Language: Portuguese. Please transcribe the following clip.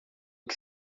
que